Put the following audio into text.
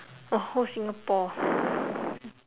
!wah! whole Singapore